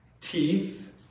teeth